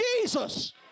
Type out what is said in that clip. Jesus